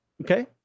Okay